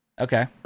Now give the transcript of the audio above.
Okay